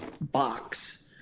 box